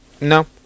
No